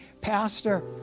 Pastor